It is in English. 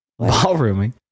Ballrooming